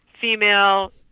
female